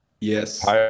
yes